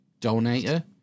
donator